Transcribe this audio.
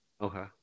Okay